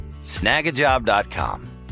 snagajob.com